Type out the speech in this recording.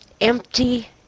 empty